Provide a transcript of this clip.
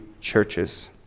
churches